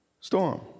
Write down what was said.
storm